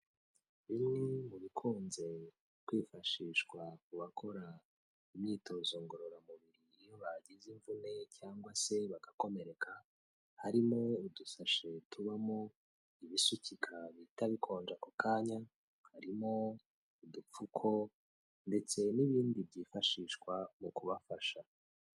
Bimwe mu bikunze kwifashishwa ku bakora imyitozo ngororamubiri iyo bagize imvune cyangwa se bagakomereka, harimo udusashe tubamo ibisukika bihita bikonja ako kanya, harimo udupfuko ndetse n'ibindi byifashishwa mu kubafasha.